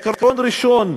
עיקרון ראשון,